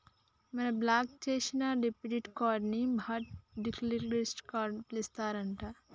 మనం బ్లాక్ చేసిన debit card ని హట్ లిస్టింగ్ కార్డుగా పిలుస్తారు అంట